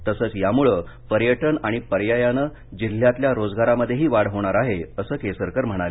तसंच यामुळे पर्यटन आणि पर्यायानं जिल्ह्यातल्या रोजगारामध्येही वाढ होणार आहे असं केसरकर म्हणाले